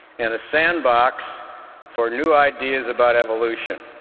and a sandbox for new ideas about evolution.